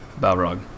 Balrog